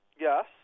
Yes